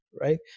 Right